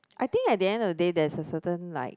I think at the end of the day there's a certain like